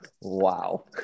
Wow